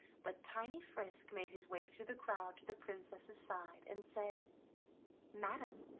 but tiny frisk made his way through the crowd to the princess's side, and said madam,